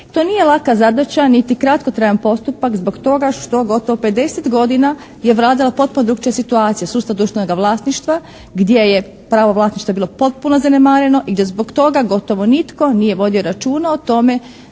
To nije laka zadaća niti kratkotrajan postupak zbog toga što gotovo 50 godina je vladao potpuno drugačija situacija, sustav društvenoga vlasništva gdje je pravo vlasništva bilo potpuno zanemareno i gdje zbog toga gotovo nitko nije vodio računa o tome